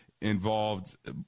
involved